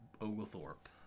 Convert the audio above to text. Oglethorpe